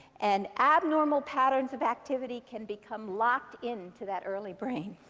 and abnormal patterns of activity can become locked in to that early brain.